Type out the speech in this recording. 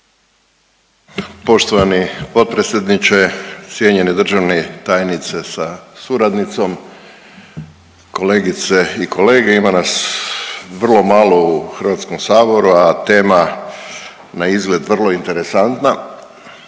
Poštovani potpredsjedniče, cijenjene državni tajnice sa suradnicom, kolegice i kolege. Ima nas vrlo malo u HS-u, a tema naizgled vrlo interesantna.